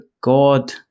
god